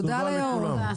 תודה לכולם.